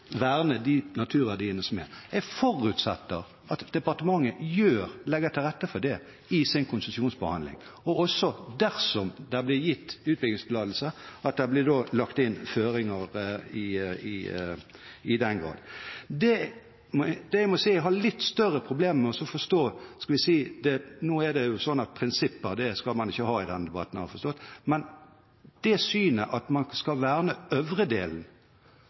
verne de naturverdiene som er der. Jeg forutsetter at departementet legger til rette for det i sin konsesjonsbehandling, og også – dersom det blir gitt utbyggingstillatelse – at det da blir lagt inn føringer i den. Det jeg må si jeg har litt større problemer med å forstå – nå er det jo sånn at prinsipper det skal man ikke ha i denne debatten, har jeg forstått – er det synet at man skal verne den øvre delen,